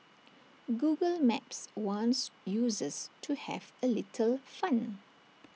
Google maps wants users to have A little fun